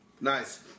Nice